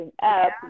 app